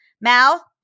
Mal